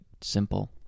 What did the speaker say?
simple